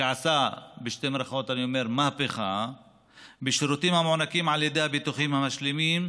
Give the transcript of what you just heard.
שעשה מהפכה בשירותים המוענקים על ידי הביטוחים המשלימים,